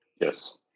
Yes